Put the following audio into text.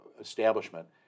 establishment